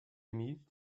amie